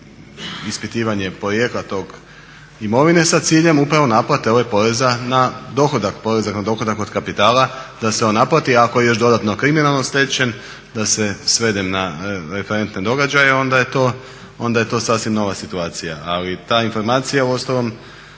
ispitivanje porijekla te imovine sa ciljem upravo naplate ovog poreza na dohodak, poreza na dohodak od kapitala da se on naplati ako je još dodatno kriminalno stečen da se svede na referentne događaje onda je to sasvim nova situacija. Ali ta informacija uostalom,